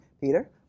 Peter